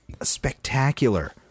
spectacular